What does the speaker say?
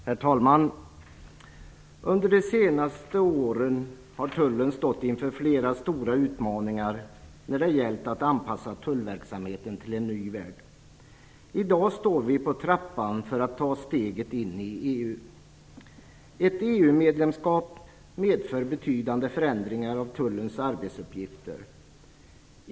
Herr talman! Under de senaste åren har tullen stått inför flera stora utmaningar när det gällt att anpassa tullverksamheten till en ny värld. I dag står vi på trappan för att ta steget in i EU. Ett EU-medlemskap medför betydande förändringar av tullens arbetsuppgifter.